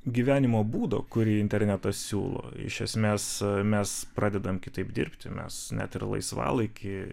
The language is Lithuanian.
gyvenimo būdo kurį internetas siūlo iš esmės mes pradedam kitaip dirbti mes net ir laisvalaikį